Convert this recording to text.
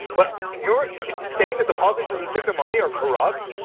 but you're saying that the politicians who took the money are corrupt?